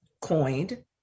coined